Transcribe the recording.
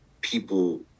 people